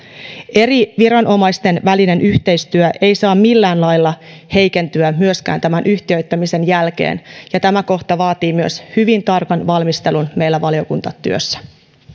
eri viranomaisten välinen yhteistyö ei saa millään lailla heikentyä myöskään tämän yhtiöittämisen jälkeen ja tämä kohta vaatii myös hyvin tarkan valmistelun meillä valiokuntatyössä